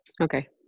Okay